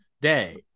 day